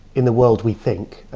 in the world, we think.